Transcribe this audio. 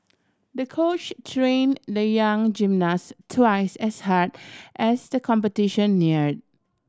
the coach train the young gymnast twice as hard as the competition near